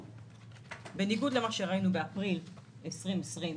בניגוד למה שראינו באפריל 2020,